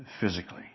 physically